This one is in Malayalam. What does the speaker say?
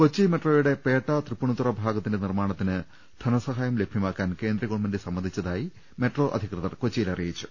കൊച്ചി മെട്രോയുടെ പേട്ട തൃപ്പൂണിത്തുറ ഭാഗത്തിന്റെ നിർമ്മാണത്തിന് ധന സഹായം ലഭ്യ മാക്കാൻ കേന്ദ്ര ഗവൺമെന്റ് സമ്മതിച്ചതായി മെട്രോ അധികൃതർ കൊച്ചിയിൽ അറിയിച്ചു